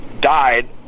died